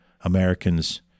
Americans